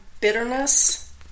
bitterness